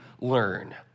learn